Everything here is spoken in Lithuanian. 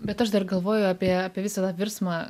bet aš dar galvoju apie apie visą tą virsmą